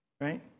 right